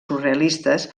surrealistes